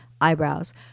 eyebrows